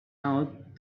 out